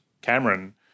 Cameron